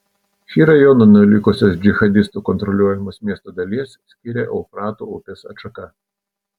šį rajoną nuo likusios džihadistų kontroliuojamos miesto dalies skiria eufrato upės atšaka